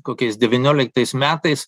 kokiais devynioliktais metais